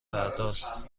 فرداست